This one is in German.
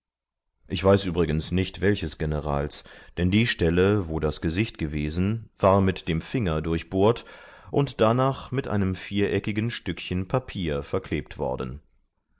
ich weiß übrigens nicht welches generals denn die stelle wo das gesicht gewesen war mit dem finger durchbohrt und danach mit einem viereckigen stückchen papier verklebt worden